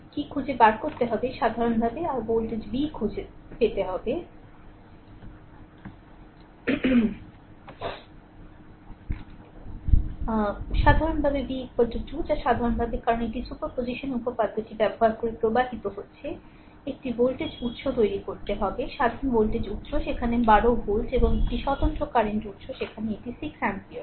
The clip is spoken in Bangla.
তা খুঁজে বার করতে হবে সাধারণভাবে আর ভোল্টেজ v খুঁজে পেতে হবে সাধারণভাবে v 2 যা সাধারণভাবে কারণ এটি সুপারপজেশন উপপাদ্যটি ব্যবহার করে প্রবাহিত হচ্ছে একটি ভোল্টেজ উত্স তৈরি করতে হবে স্বাধীন ভোল্টেজ উত্স সেখানে 12 ভোল্ট এবং একটি স্বতন্ত্র কারেন্ট উত্স সেখানে এটি 6 অ্যাম্পিয়ার